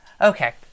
okay